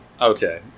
Okay